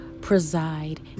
preside